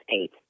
eight